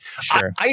Sure